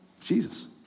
Jesus